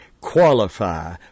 qualify